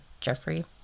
jeffrey